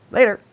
Later